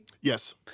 Yes